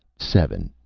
seven,